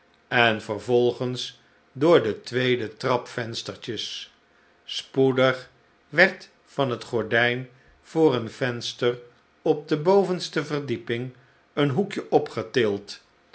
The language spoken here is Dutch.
en vervolgens door de twee trap venstertjes spoedig werd van het gordijn voor een venster op de bovenste verdieping een hoekje opgetild